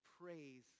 praise